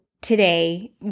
today